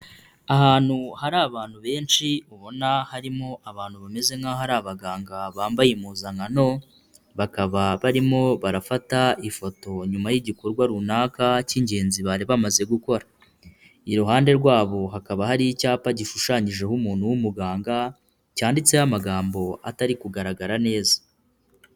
Ahantu hari abantu benshi ubona harimo abantu bameze nk'aho ari abaganga bambaye impuzankano, bakaba barimo barafata ifoto nyuma y'igikorwa runaka cy'ingenzi bari bamaze gukora. Iruhande rwabo hakaba hari icyapa gishushanyijeho umuntu w'umuganga, cyanditseho amagambo atari kugaragara neza.